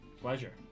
Pleasure